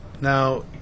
now